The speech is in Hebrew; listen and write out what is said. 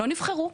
לא נבחרו,